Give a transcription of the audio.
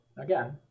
Again